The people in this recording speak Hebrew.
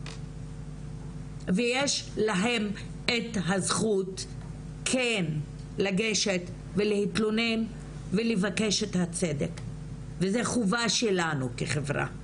ויש להם את הזכות כן להתלונן ולבקש את הצדק וזה חובה שלנו כחברה,